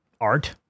art